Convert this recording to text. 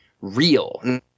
real